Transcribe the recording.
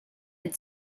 had